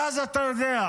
ואז, אתה יודע.